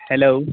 hello